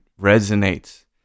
resonates